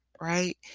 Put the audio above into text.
right